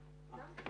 הוועדה.